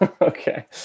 Okay